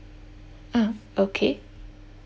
ah okay